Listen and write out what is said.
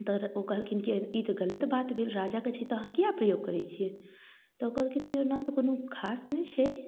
तहन ओ कहलखिन की ई तऽ गलत बात भेल राजाके छी तऽ अहाँ किएक प्रयोग करै छियै तऽ ओ कहलखिन की ओना तऽ कोनो खास नहि छै